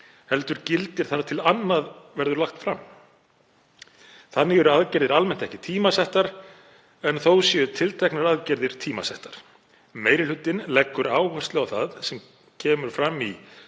heldur gildir þar til annað verður lagt fram. Þannig eru aðgerðir almennt ekki tímasettar en þó séu tilteknar aðgerðir tímasettar. Meiri hlutinn leggur áherslu á það sem kemur fram í